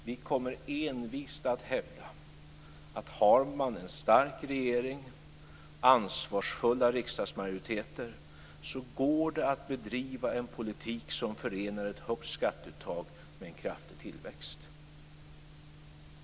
Vi kommer envist att hävda att har man en stark regering och ansvarsfulla riksdagsmajoriteter går det att bedriva en politik som förenar ett högt skatteuttag med en kraftig tillväxt.